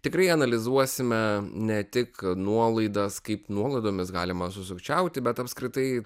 tikrai analizuosime ne tik nuolaidas kaip nuolaidomis galima susukčiauti bet apskritai